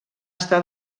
està